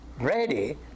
ready